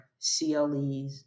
CLEs